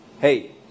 hey